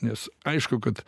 nes aišku kad